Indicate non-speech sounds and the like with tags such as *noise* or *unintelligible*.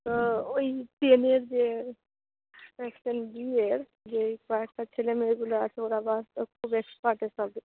তো ওই টেনের যে সেকশন বি এর যে কয়েকটা ছেলেমেয়েগুলো আছে ওরা *unintelligible* খুব এক্সপাট এসবে